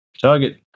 Target